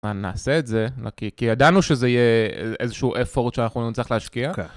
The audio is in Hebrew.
נעשה את זה, כי ידענו שזה יהיה איזשהו effort שאנחנו נצטרך להשקיע. כן.